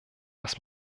was